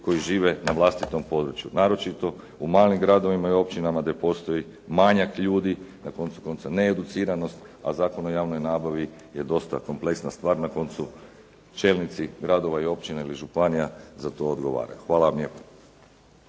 koji žive na vlastitom području, naročito u malim gradovima i općinama gdje postoji manjak ljudi, na koncu konca needuciranost, a Zakon o javnoj nabavi je dosta kompleksna stvar, na koncu čelnici gradova i općina ili županija za to odgovaraju. Hvala.